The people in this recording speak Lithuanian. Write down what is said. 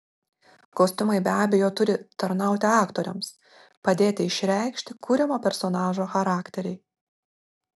kostiumai be abejo turi tarnauti aktoriams padėti išreikšti kuriamo personažo charakterį